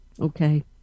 Okay